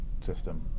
system